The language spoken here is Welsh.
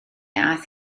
aeth